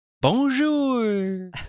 Bonjour